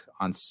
on